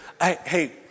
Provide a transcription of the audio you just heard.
hey